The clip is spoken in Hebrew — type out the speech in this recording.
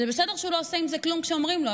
זה בסדר שהוא לא עושה עם זה כלום כשאומרים לו,